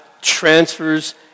transfers